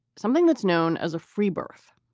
something that's known as a free birth.